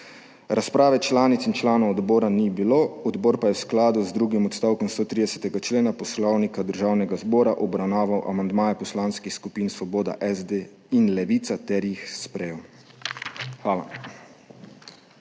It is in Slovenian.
Razprave članic in članov odbora ni bilo. Odbor je v skladu z drugim odstavkom 130. člena Poslovnika Državnega zbora obravnaval amandmaje poslanskih skupin Svoboda, SD in Levica ter jih sprejel. Hvala.